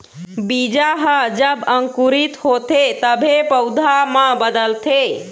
बीजा ह जब अंकुरित होथे तभे पउधा म बदलथे